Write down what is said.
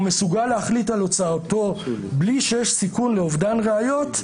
מסוגל להחליט על הוצאתו בלי שיש סיכון לאובדן ראיות,